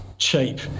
Cheap